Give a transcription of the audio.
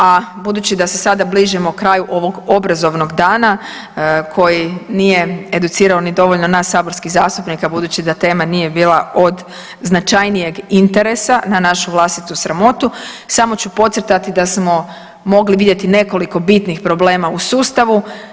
A budući da se sada bližimo kraju ovog obrazovnog dana koji nije educirano ni dovoljno nas saborskih zastupnika budući da tema nije bila od značajnijeg interesa na našu vlastitu sramotu, samo ću podcrtati da smo mogli vidjeti nekoliko bitnih problema u sustavu.